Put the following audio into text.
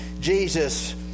Jesus